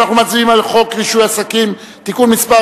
אנחנו מצביעים על חוק רישוי עסקים (תיקון מס'